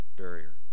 barrier